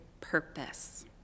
purpose